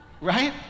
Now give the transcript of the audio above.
Right